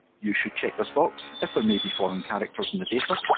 you should check this box if there may be foreign characters in the data,